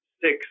six